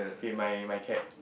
okay my my cat